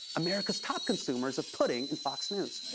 america's top consumers of pudding and fox news.